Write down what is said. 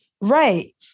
Right